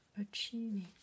achieving